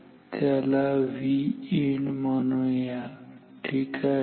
तर त्याला Vin म्हणू या ठीक आहे